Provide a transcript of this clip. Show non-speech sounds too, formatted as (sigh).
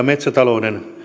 (unintelligible) metsätalouden